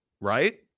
Right